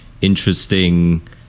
interesting